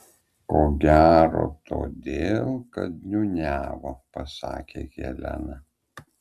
ko gero todėl kad niūniavo pasakė helena